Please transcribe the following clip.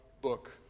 book